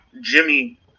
Jimmy